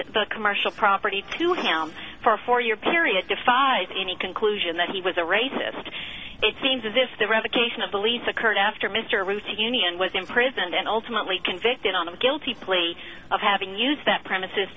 t the commercial property to him for a four year period defies any conclusion that he was a racist it seems as if the revocation of the lease occurred after mr aruca union was imprisoned and ultimately convicted on a guilty plea of having used that premises